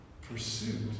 pursuit